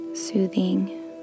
Soothing